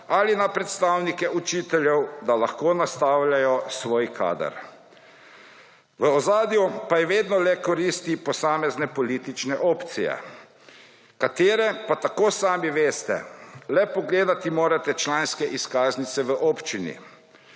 ali na predstavnike učiteljev, da lahko nastavljajo svoj kader. V ozadju pa je vedno le korist posamezne politične opcije, katere pa tako sami veste, le pogledati morate članske izkaznice v občini.